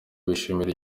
bishimira